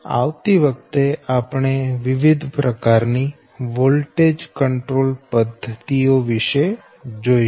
આવતી વખતેઆપણે વિવિધ પ્રકાર ની વોલ્ટેજ કંટ્રોલ ની પદ્ધતિ વિષે જોઈશું